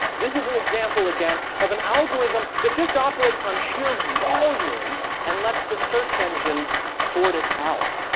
this is an example, again, of an algorithm that just operates on sheer volume and lets the search engines sort it out.